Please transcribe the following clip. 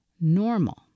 normal